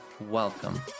Welcome